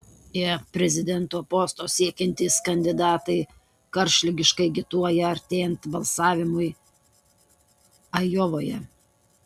jav prezidento posto siekiantys kandidatai karštligiškai agituoja artėjant balsavimui ajovoje